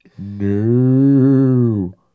No